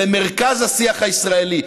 למרכז השיח הישראלי,